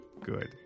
Good